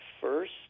first